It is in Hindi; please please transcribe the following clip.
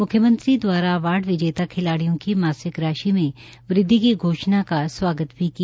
मुख्यमंत्री द्वारा अवार्ड विजेता खिलाडियों की मासिक राशि में वृद्धि घोषणा का स्वागत भी किया